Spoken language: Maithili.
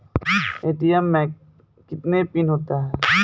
ए.टी.एम मे कितने पिन होता हैं?